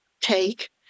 take